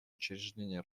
учреждения